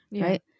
right